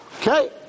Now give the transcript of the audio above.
Okay